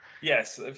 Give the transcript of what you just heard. Yes